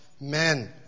men